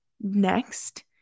next